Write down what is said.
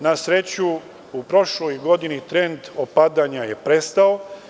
Na sreću, u prošloj godini trend opadanja je prestao.